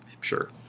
sure